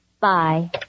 Bye